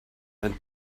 and